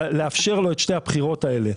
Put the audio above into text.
לאפשר לו את שתי הבחירות האלה,